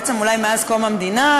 בעצם אולי מאז קום המדינה,